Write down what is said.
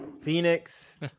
phoenix